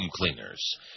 cleaners